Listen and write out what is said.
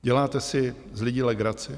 Děláte si z lidí legraci?